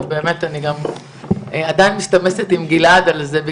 ובאמת אני עדיין מסתמסת עם גלעד ארדן על זה שהוא השאיר את 105 כמורשת.